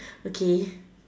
okay